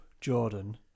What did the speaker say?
jordan